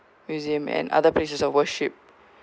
museum and other places of worship